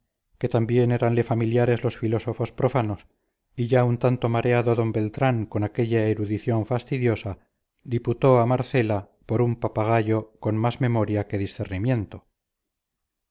que también éranle familiares los filósofos profanos y ya un tanto mareado d beltrán con aquella erudición fastidiosa diputó a marcela por un papagayo con más memoria que discernimiento